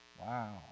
Wow